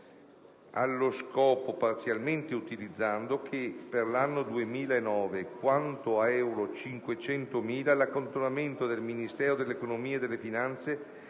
allo scopo parzialmente utilizzando, per l'anno 2009 quanto a euro 500.000 l'accantonamento dei Ministero dell'economia e delle finanze